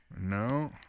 No